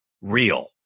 real